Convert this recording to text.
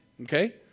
Okay